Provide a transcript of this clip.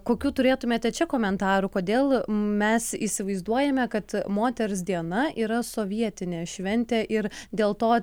kokių turėtumėte čia komentarų kodėl mes įsivaizduojame kad moters diena yra sovietinė šventė ir dėl to